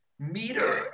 Meter